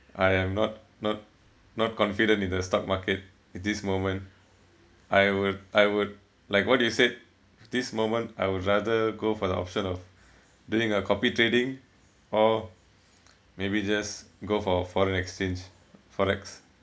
I am not not not confident in the stock market at this moment I would I would like what you said this moment I would rather go for the option of doing a copy trading or maybe just go for a foreign exchange forex